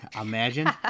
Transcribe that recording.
Imagine